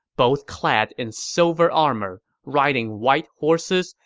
both clad in silver armor, riding white horses,